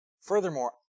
Furthermore